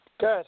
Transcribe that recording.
Good